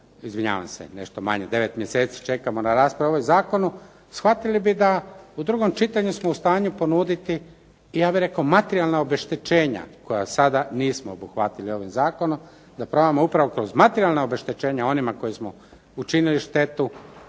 izvinjavam se, nešto manje od 9 mjeseci čekamo na raspravu o ovom zakonu shvatili bi da u drugom čitanju smo u stanju ponuditi ja bih rekao materijalna obeštećenja koja sada nismo obuhvatili ovim zakonom da probamo upravo kroz materijalna obeštećenja onima kojima smo učinili štetu